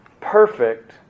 perfect